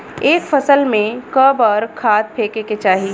एक फसल में क बार खाद फेके के चाही?